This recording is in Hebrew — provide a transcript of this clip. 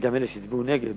גם אלה שהצביעו נגד,